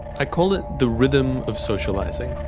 i call it the rhythm of socialising.